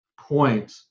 point